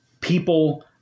People